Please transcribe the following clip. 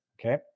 Okay